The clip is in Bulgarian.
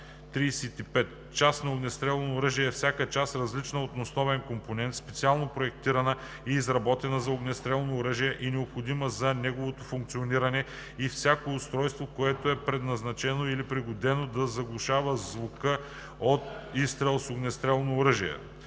„35. „Част на огнестрелно оръжие“ е всяка част, различна от основен компонент, специално проектирана и изработена за огнестрелно оръжие и необходима за неговото функциониране, и всяко устройство, което е предназначено или пригодено да заглушава звука от изстрел с огнестрелно оръжие.“